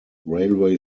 railway